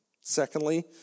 Secondly